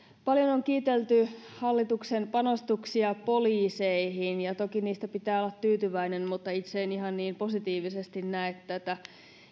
paljon on kiitelty hallituksen panostuksia poliiseihin toki niistä pitää olla tyytyväinen mutta itse en ihan niin positiivisesti näe tätä